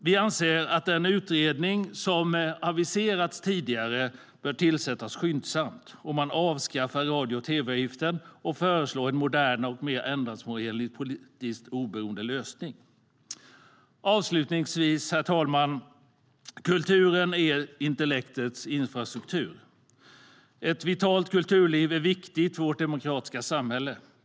Vi anser att den utredning som aviserats tidigare om att avskaffa radio och tv-avgiften bör tillsättas skyndsamt och föreslå en modern och mer ändamålsenlig, politiskt oberoende lösning. Avslutningsvis, herr talman: Kulturen är intellektets infrastruktur. Ett vitalt kulturliv är viktigt för vårt demokratiska samhälle.